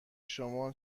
شما